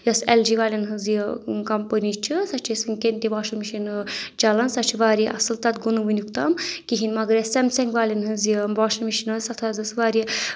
یۄس L G والؠن ہٕنٛز یہِ کَمپٔنی چھِ سۄ چھِ أسۍ وٕنکیٚن تہِ واشِنٛگ مِشیٖن چَلان سۄ چھِ واریاہ اَصٕل تَتھ گوٚو نہٕ ؤنیُک تام کِہیٖنۍ مگر أسۍ سیمسنٛگ والؠن ہٕنٛز یہِ واشِنٛگ مِشیٖن ٲسۍ تَتھ حظ ٲس واریاہ